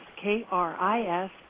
K-R-I-S